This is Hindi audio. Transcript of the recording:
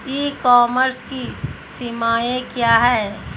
ई कॉमर्स की सीमाएं क्या हैं?